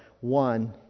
one